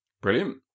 brilliant